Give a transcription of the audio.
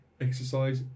exercise